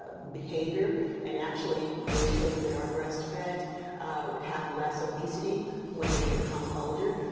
ah behavior and actually those children that are breastfed have less obesity when they become older.